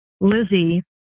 Lizzie